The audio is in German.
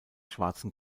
schwarzen